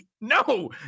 no